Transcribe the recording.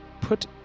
put